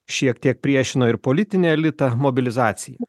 šiek tiek priešina ir politinį elitą mobilizacija